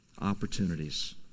Opportunities